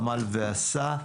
עמל ועשה.